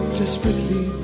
desperately